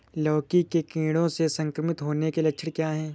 लौकी के कीड़ों से संक्रमित होने के लक्षण क्या हैं?